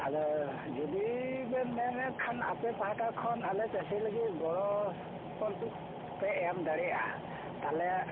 ᱟᱫ ᱡᱩᱫᱤ ᱵᱤᱱ ᱢᱮᱱᱮᱫ ᱠᱷᱟᱱ ᱟᱯᱮ ᱯᱟᱦᱴᱟ ᱠᱷᱚᱱ ᱟᱞᱮ ᱪᱟ ᱥᱤ ᱞᱟ ᱜᱤᱫ ᱜᱚᱲᱚ ᱥᱚᱯᱚᱦᱚᱫ ᱯᱮ ᱮᱢ ᱫᱟᱲᱮᱭᱟᱜ ᱟ ᱛᱟᱦᱞᱮ